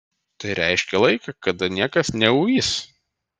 tai reiškė laiką kada niekas neuis